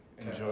Enjoy